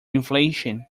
inflation